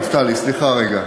נפתלי, סליחה רגע.